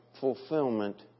fulfillment